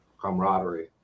camaraderie